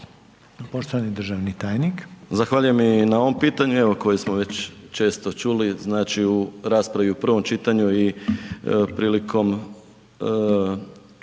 poštovani državni tajniče,